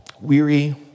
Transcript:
Weary